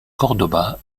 córdoba